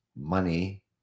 money